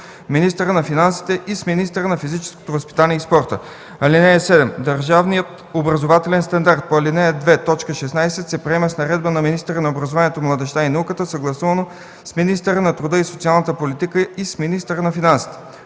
министъра на финансите и с министъра на физическото възпитание и спорта. (7) Държавният образователен стандарт по ал. 2, т. 16 се приема с наредба на министъра на образованието, младежта и науката съгласувано с министъра на труда и социалната политика и с министъра на финансите.